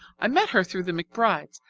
i met her through the mcbrides,